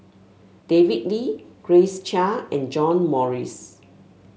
David Lee Grace Chia and John Morrice